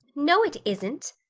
no, it isn't,